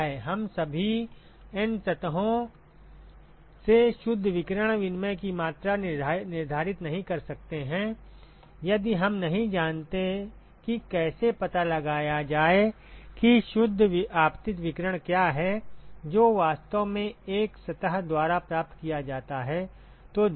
हम सभी N सतहों से शुद्ध विकिरण विनिमय की मात्रा निर्धारित नहीं कर सकते हैं यदि हम नहीं जानते कि कैसे पता लगाया जाए कि शुद्ध आपतित विकिरण क्या है जो वास्तव में एक सतह द्वारा प्राप्त किया जाता है